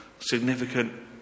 significant